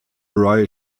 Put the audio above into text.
roy